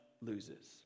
loses